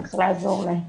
צריך לעזור להם.